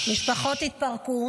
משפחות התפרקו,